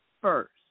first